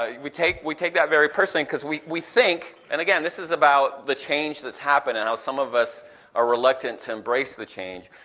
ah we take we take that very personally because we we think, and again this is about the change that's happened and how some of us are reluctant to embrace the change,